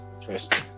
Interesting